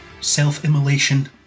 self-immolation